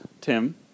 Tim